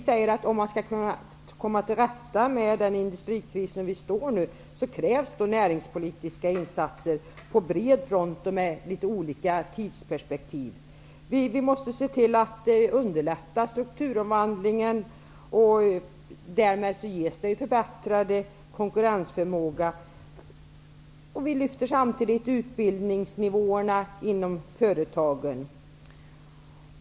För att det skall gå att komma till rätta med den industrikris som vi nu befinner oss i krävs det enligt vår mening näringspolitiska insatser på bred front och med litet olika tidsperspektiv. Vi måste se till att strukturomvandlingen underlättas. Därmed förbättras konkurrensförmågan. Samtidigt lyfter vi utbildningsnivåerna inom företagen.